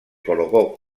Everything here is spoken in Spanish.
colocó